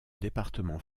département